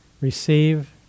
receive